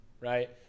right